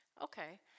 okay